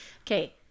Okay